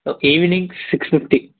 okay evening six fifty